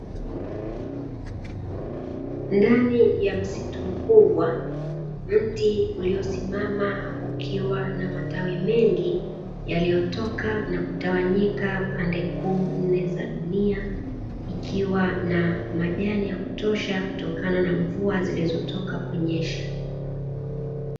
Ndani ya msitu mkubwa, mti uliosimama ukiwa na matawi mengi yaliyotoka na kutawanyika pande kuu nne za dunia, ikiwa na majani ya kutosha kutokana na mvua zilizotoka kunyesha.